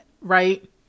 right